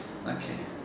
okay